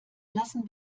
lassen